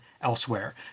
elsewhere